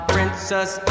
Princess